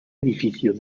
edificio